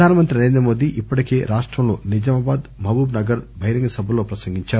ప్రధానమంత్రి నరేంద్రమోదీ ఇప్పటికే రాష్టంలో నిజామాబాద్ మహబూబ్ నగర్ బహిరంగ సభల్లో ప్రసంగించారు